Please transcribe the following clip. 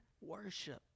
worship